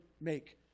make